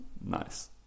nice